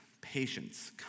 patience